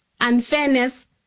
unfairness